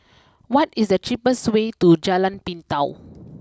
what is the cheapest way to Jalan Pintau